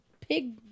pig